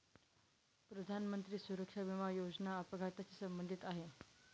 प्रधानमंत्री सुरक्षा विमा योजना अपघाताशी संबंधित आहे